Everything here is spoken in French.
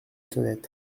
sonnette